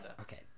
Okay